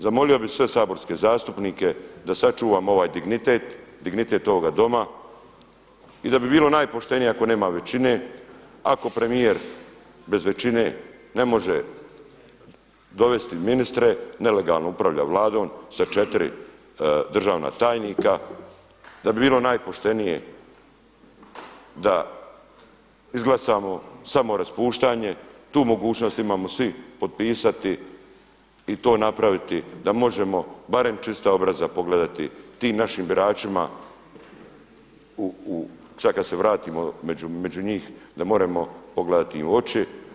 Zamolio bih sve saborske zastupnike da sačuvamo ovaj dignitet, dignitet ovoga Doma i da bi bilo najpoštenije ako nema većine, ako premijer bez većine ne može dovesti ministre nelegalno upravlja Vladom sa 4 državna tajnika, da bi bilo najpoštenije da izglasamo samoraspuštanje, tu mogućnost imamo svi potpisati i to napraviti da možemo barem čista obraza pogledati tim našim biračima, sada kada se vratimo među njih da možemo im pogledati u oči.